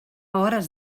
hores